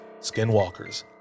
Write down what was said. skinwalkers